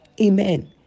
amen